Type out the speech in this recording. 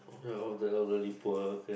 oh the elderly poor okay